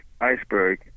iceberg